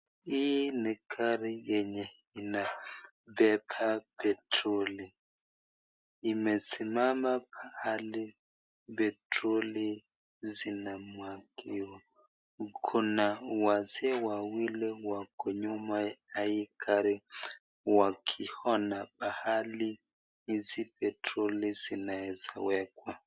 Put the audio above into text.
Hii ni gari yenye inabeba petroli, imesimama pahali petroli zinamwagiwa. Iko na wazee wawili wako nyuma ya hii gari wakiona pahali hizi petroli zinaweza wekwa.